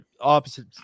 opposite